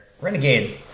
Renegade